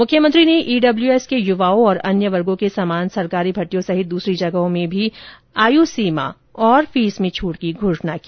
मुख्यमंत्री ने ईडब्ल्यूएस के युवाओं को अन्य वेर्गों के समान सरकारी भर्तियों सहित दूसरी जगहों मे भी आयु सीमा और फीस में छूट की घोषणा की